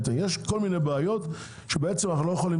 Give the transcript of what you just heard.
אז בעצם יש כל מיני בעיות שבעצם אנחנו לא יכולים